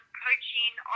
coaching